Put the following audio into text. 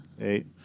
Eight